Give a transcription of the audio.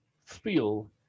feel